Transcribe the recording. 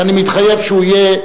שאני מתחייב שהוא יהיה,